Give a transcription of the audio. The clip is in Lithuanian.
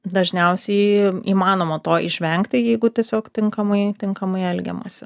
dažniausiai įmanoma to išvengti jeigu tiesiog tinkamai tinkamai elgiamasi